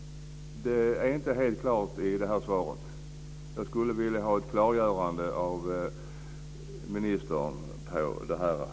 Det är inte helt klart i det här svaret. Jag skulle vilja har ett klargörande om detta från ministern.